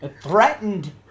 Threatened